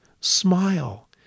Smile